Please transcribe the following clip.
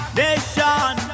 nation